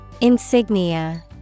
Insignia